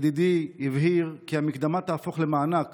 ידידי, הבהיר כי המקדמה תהפוך למענק